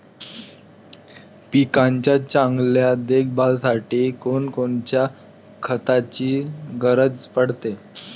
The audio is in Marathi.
पिकाच्या चांगल्या देखभालीसाठी कोनकोनच्या खताची गरज पडते?